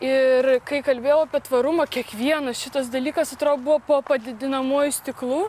ir kai kalbėjau apie tvarumą kiekvienas šitas dalykas atrodo buvo po padidinamuoju stiklu